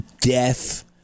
death